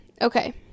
okay